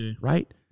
right